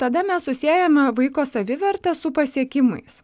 tada mes susiejame vaiko savivertę su pasiekimais